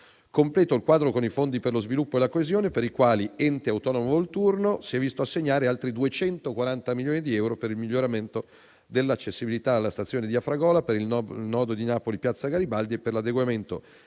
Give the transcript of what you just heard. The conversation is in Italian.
Completo il quadro con i fondi per lo sviluppo e la coesione, per i quali Ente autonomo Volturno si è visto assegnare altri 240 milioni di euro per il miglioramento dell'accessibilità alla stazione di Afragola per il nodo di Napoli-Piazza Garibaldi e per l'adeguamento